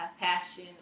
passion